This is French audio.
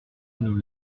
nous